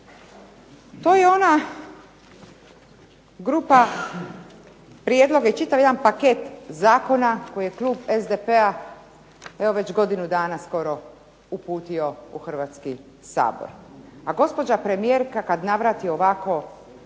To je ona grupa prijedloga i čitav jedan paket zakona koji je klub SDP-a evo već godinu dana skoro uputio u Hrvatski sabor. A gospođa premijerka kad navrati ovako